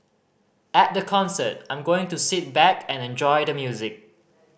at the concert I'm going to sit back and enjoy the music